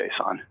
JSON